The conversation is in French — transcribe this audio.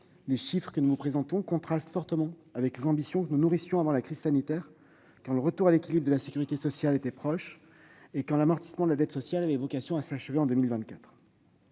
sociale. Ces chiffres contrastent fortement avec les ambitions que nous nourrissions avant la crise sanitaire, quand le retour à l'équilibre de la sécurité sociale était proche et que l'amortissement de la dette sociale avait vocation à s'arrêter en 2024.